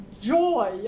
joy